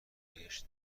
بهش